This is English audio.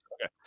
Okay